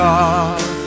God